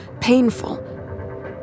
painful